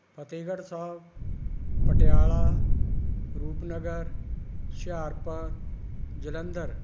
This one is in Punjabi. ਫਤਿਹਗੜ੍ਹ ਸਾਹਿਬ ਪਟਿਆਲਾ ਰੂਪਨਗਰ ਹੁਸ਼ਿਆਰਪੁਰ ਜਲੰਧਰ